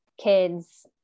kids